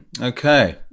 Okay